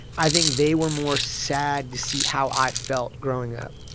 i think they were more sad to see how i felt growing up.